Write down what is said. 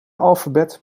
alfabet